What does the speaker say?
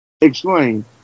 Explain